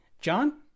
John